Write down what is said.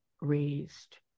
raised